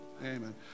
amen